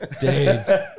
Dave